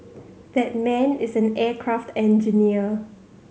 that man is an aircraft engineer